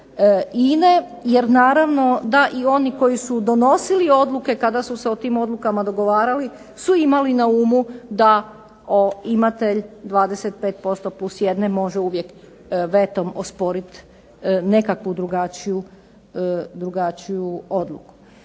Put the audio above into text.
INA-e, jer naravno da i oni koji su donosili odluke kada su se o tim odlukama dogovarali su imali na umu da imatelj 25% plus jedne može uvijek vetom osporiti nekakvu drugačiju odluku.